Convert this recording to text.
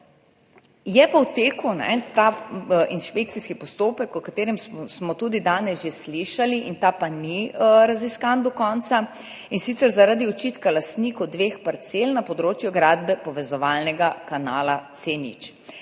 Je pa v teku inšpekcijski postopek, o katerem smo tudi danes že slišali, ta pa ni raziskan do konca, in sicer zaradi očitka lastnikov dveh parcel na področju gradnje povezovalnega kanala C0.